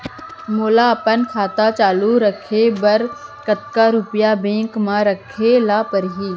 मोला अपन खाता चालू रखे बर कतका रुपिया बैंक म रखे ला परही?